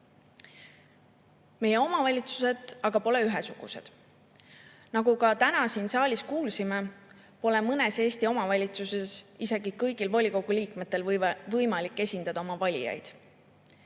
omavalitsused pole aga ühesugused. Nagu ka täna siin saalis kuulsime, pole mõnes Eesti omavalitsuses isegi kõigil volikogu liikmetel võimalik oma valijaid